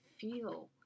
feel